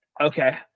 Okay